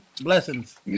Blessings